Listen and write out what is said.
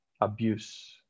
abuse